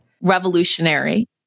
revolutionary